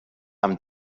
amb